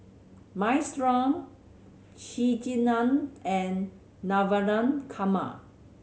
Minestrone Chigenan and Navratan Korma